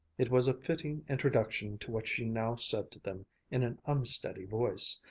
it was a fitting introduction to what she now said to them in an unsteady voice